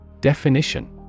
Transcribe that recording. Definition